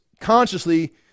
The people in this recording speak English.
consciously